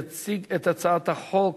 יציג את הצעת החוק